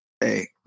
Hey